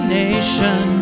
nation